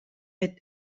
est